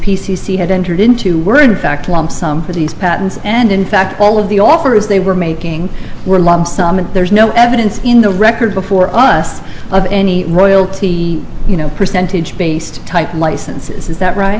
c had entered into were in fact lump sum for these patents and in fact all of the offers they were making were lump sum and there's no evidence in the record before us of any royalty you know percentage based type licenses is that right